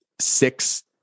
six